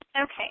Okay